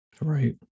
Right